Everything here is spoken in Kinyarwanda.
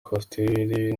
coaster